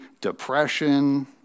depression